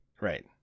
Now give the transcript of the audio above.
right